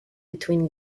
between